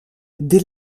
des